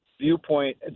Viewpoint